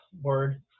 Word